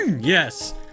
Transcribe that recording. Yes